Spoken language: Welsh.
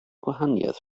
gwahaniaeth